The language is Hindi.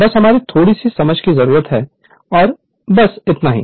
बस हमारी थोड़ी सी समझ की जरूरत है और बस इतना ही